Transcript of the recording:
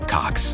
cox